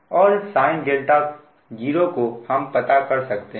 और sin 0 को हम पता कर सकते हैं